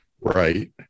right